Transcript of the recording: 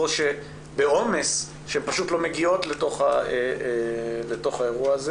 או שהמצב הוא בעומס ואן לא מגיעות לאירוע הזה